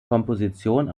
komposition